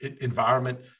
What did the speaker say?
environment